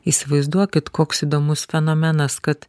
įsivaizduokit koks įdomus fenomenas kad